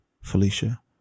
Felicia